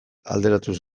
alderatuz